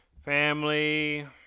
family